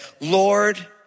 Lord